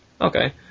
Okay